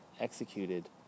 executed